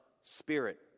spirit